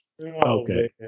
Okay